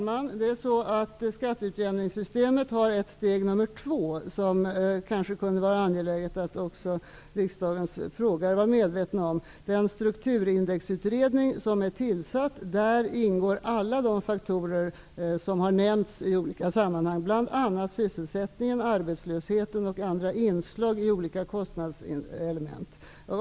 Herr talman! Skatteutjämningssystemet har ett steg nummer två, som det kanske kunde vara angeläget att även riksdagens frågeställare var medveten om. I den strukturindexutredning som är tillsatt ingår alla de faktorer som har nämnts i olika sammanhang, bl.a. sysselsättningen, arbetslösheten och andra inslag i olika kostnadselement.